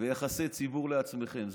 ויחסי ציבור לעצמכם,